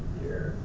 here